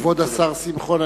כבוד השר שמחון,